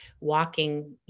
walking